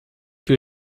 que